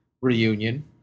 reunion